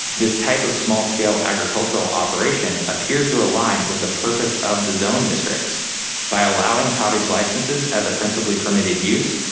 this type of small scale agricultural operation appears to align with the purpose of the zone districts by allowing cottage licenses as a principal permitted use.